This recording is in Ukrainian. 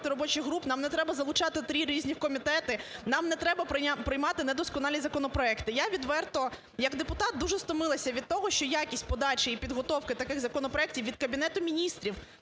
робочих груп, нам не треба залучати три різних комітети, нам не треба приймати недосконалі законопроекти. Я відверто як депутат дуже стомилася від того, що якісь подачі і підготовки таких законопроект від Кабінету Міністрів,